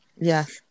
Yes